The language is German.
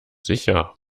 sicher